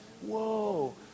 Whoa